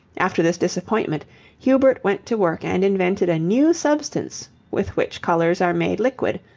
after this disappointment hubert went to work and invented a new substance with which colours are made liquid,